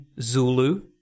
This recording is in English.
Zulu